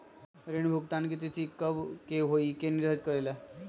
ऋण भुगतान की तिथि कव के होई इ के निर्धारित करेला?